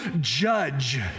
judge